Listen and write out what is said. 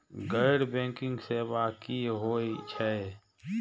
गैर बैंकिंग सेवा की होय छेय?